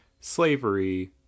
slavery